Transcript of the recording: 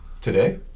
Today